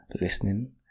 listening